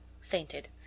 fainted